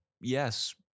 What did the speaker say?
Yes